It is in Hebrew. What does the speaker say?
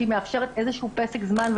שהיא מאפשרת איזה שהוא פסק זמן,